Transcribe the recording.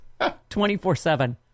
24-7